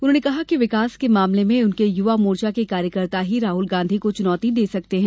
उन्होंने कहा कि विकास के मामले में उनके युवा मोर्चा के कार्यकर्ता ही राहल गांधी को चूनौती दे सकते हैं